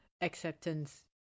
acceptance